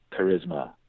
charisma